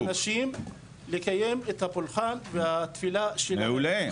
זה חודש קדוש לאפשר לאנשים לקיים את הפולחן והתפילה שלהם.